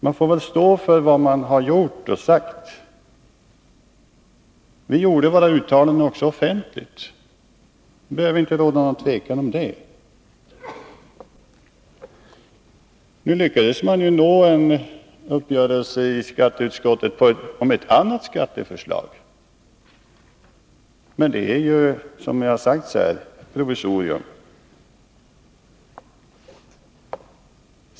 Man får väl stå för vad man har gjort och sagt. Vi gjorde våra uttalanden också offentligt — det behöver inte råda något tvivel om dem. Nu lyckades man nå en uppgörelse i skatteutskottet om ett annat skatteförslag. Men det är, som här har sagts, ett provisorium.